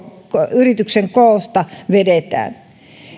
yrityksen kokoon vedetään